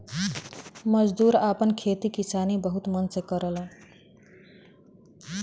मजदूर आपन खेती किसानी बहुत मन से करलन